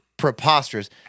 preposterous